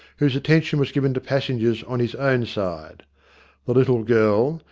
whose attention was given to passengers on his own side little girl,